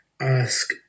ask